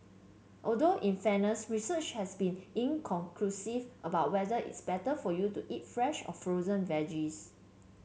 although in fairness research has been inconclusive about whether it's better for you to eat fresh or frozen veggies